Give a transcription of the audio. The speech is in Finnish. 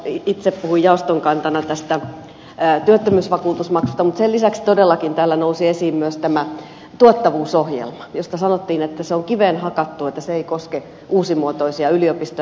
itse puhuin jaoston kantana tästä työttömyysvakuutusmaksusta mutta sen lisäksi todellakin täällä nousi esiin myös tuottavuusohjelma josta sanottiin että se on kiveen hakattu että se ei koske uusimuotoisia yliopistoja